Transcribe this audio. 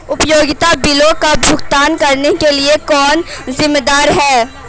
उपयोगिता बिलों का भुगतान करने के लिए कौन जिम्मेदार है?